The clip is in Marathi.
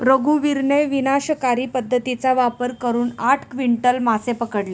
रघुवीरने विनाशकारी पद्धतीचा वापर करून आठ क्विंटल मासे पकडले